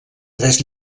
tres